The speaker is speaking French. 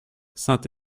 saint